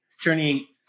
journey